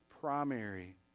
primary